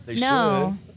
No